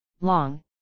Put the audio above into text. long